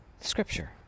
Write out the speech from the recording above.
scripture